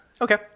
Okay